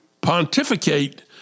pontificate